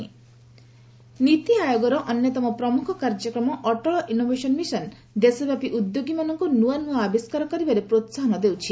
Atal innovation mission NITI ଆୟୋଗର ଅନ୍ୟତମ ପ୍ରମୁଖ କାର୍ଯ୍ୟକ୍ରମ ଅଟଳ ଇନୋଭେସନ୍ ମିଶନ ଦେଶବ୍ୟାପୀ ଉଦ୍ୟୋଗୀମାନଙ୍କୁ ନୂଆ ନୂଆ ଆବିଷ୍କାର କରିବାରେ ପ୍ରୋସାହନ ଦେଉଛି